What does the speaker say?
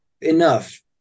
Enough